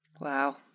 Wow